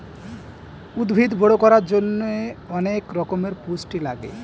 উদ্ভিদ বড় করার জন্যে অনেক রকমের পুষ্টি লাগে